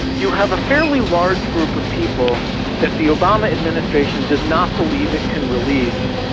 you have a fairly large group of people that the obama administration does not believe it can release,